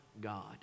God